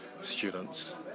students